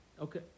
okay